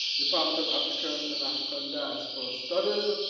department of african and african diaspora studies.